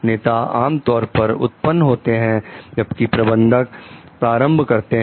नेता आम तौर पर उत्पन्न होते हैं जबकि प्रबंधक प्रारंभ करते हैं